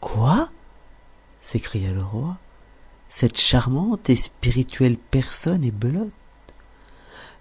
quoi s'écria le roi cette charmante et spirituelle personne est belote